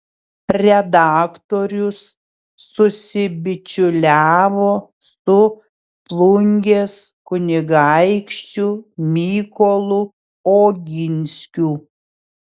redaktorius susibičiuliavo su plungės kunigaikščiu mykolu oginskiu